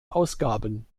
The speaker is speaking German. ausgaben